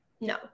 No